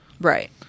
Right